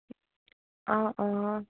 অঁ অঁ